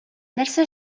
нәрсә